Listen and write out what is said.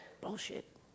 bullshit